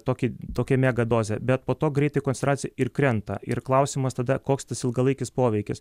tokį tokią mega dozę bet po to greitai koncentracija ir krenta ir klausimas tada koks tas ilgalaikis poveikis